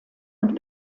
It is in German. und